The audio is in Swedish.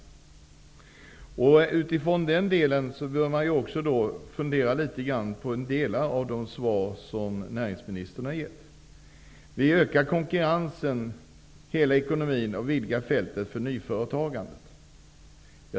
Med den utgångspunkten bör man fundera på delar av de svar som näringsministern har gett: Vi ökar konkurrensen i hela ekonomin och vidgar fältet för nyföretagandet.